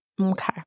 Okay